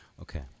Okay